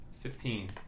Fifteen